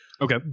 Okay